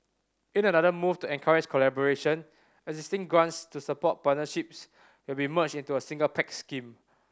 in another move to encourage collaboration existing grants to support partnerships will be merged into a single Pact scheme